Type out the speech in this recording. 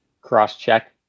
cross-check